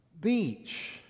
beach